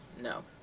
No